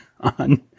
on